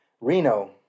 Reno